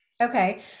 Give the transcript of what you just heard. Okay